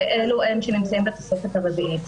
ואלו הם שנמצאים בתוספת הרביעית.